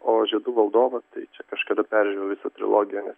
o žiedų valdovą tai čia kažkada peržiūrėjau visą trilogiją nes